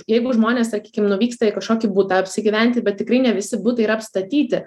jeigu žmonės sakykim nuvyksta į kažkokį butą apsigyventi bet tikrai ne visi butai yra apstatyti